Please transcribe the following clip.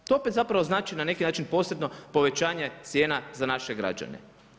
To opet zapravo znači na neki način posebno povećanje cijena za naše građane.